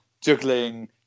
juggling